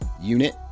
unit